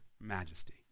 majesty